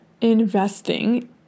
investing